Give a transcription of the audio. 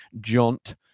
jaunt